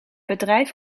bedrijf